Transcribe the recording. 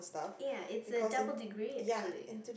ya it's a double degree actually